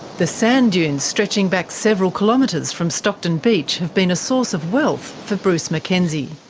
the sand-dunes stretching back several kilometres from stockton beach have been a source of wealth for bruce mackenzie.